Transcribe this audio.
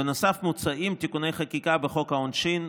בנוסף, מוצעים תיקוני חקיקה בחוק העונשין,